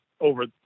over